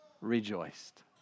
rejoiced